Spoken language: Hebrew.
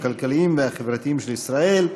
הכלכליים והחברתיים של ישראל,